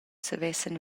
savessen